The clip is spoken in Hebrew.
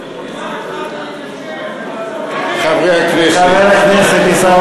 חברי הכנסת,